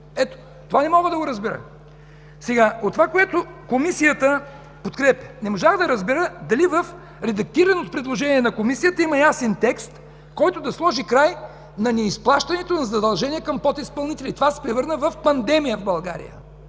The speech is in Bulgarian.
Ето това не мога да го разбера. От това, което Комисията подкрепя, не можах да разбера дали в редактираните предложения на Комисията има ясен текст, който да сложи край на неизплащането на задължения към подизпълнителя. Това се превърна в пандемия в България.